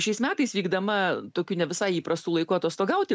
šiais metais vykdama tokiu ne visai įprastu laiku atostogauti